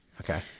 Okay